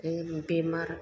बे बेमार